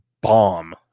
bomb